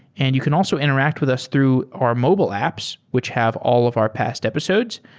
and you can also interact with us through our mobile apps which have all of our past episodes,